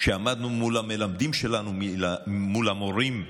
כשעמדנו מול המלמדים שלנו, מול המורים,